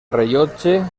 rellotge